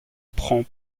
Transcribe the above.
prends